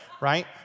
right